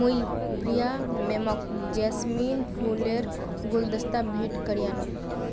मुई प्रिया मैमक जैस्मिन फूलेर गुलदस्ता भेंट करयानू